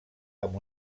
amb